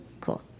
Cool